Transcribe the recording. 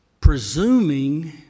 presuming